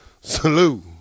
Salute